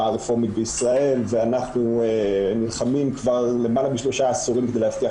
הרפורמית בישראל ואנחנו נלחמים כבר למעלה משלושה עשורים כדי להבטיח